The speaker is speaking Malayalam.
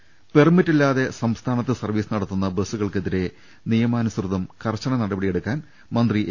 ദർവ്വട്ടെഴ പെർമിറ്റില്ലാതെ സംസ്ഥാനത്ത് സർവീസ് നടത്തുന്ന ബസ്സുകൾക്കെതിരെ നിയമാനുസൃതം കർശന നടപടിയെടുക്കാൻ മന്ത്രി എ